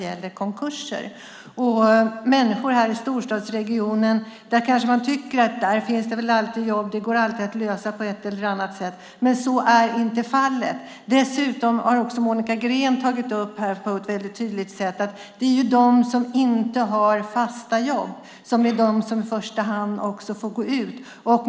Jag tror att det är oerhört viktigt att poängtera att människor oroar sig även här i storstadsregionen, även om man kanske tycker att det alltid finns jobb och att det alltid går att lösa på ett eller annat sätt. Men så är inte fallet. Dessutom har Monica Green på ett väldigt tydligt sätt tagit upp att det är de som inte har fasta jobb som i första hand får gå.